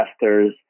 investors